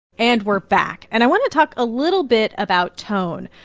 and we're back, and i want to talk a little bit about tone.